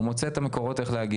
הוא מוצא את המקומות שלו איך להגיע,